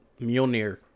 Mjolnir